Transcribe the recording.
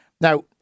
Now